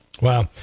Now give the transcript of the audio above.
Wow